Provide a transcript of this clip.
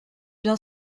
bien